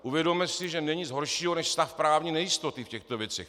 Uvědomme si, že není nic horšího než stav právní nejistoty v těchto věcech.